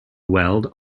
weld